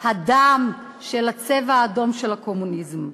הדם של הצבע האדום של הקומוניזם.